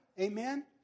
Amen